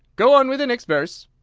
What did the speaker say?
go on with the next verse.